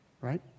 Right